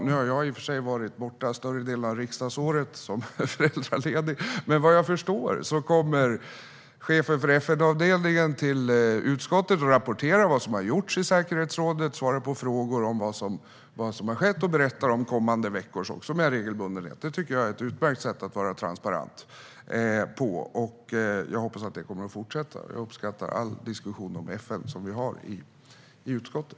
Nu har jag i och för sig varit borta större delen av riksdagsåret som föräldraledig. Men vad jag förstår kommer chefen för FN-avdelningen till utskottet regelbundet och rapporterar om vad som har gjorts i säkerhetsrådet, svarar på frågor om vad som har skett och berättar om kommande veckor. Det tycker jag är ett utmärkt sätt att vara transparent, och det hoppas jag kommer att fortsätta. Jag uppskattar all diskussion om FN som vi har i utskottet.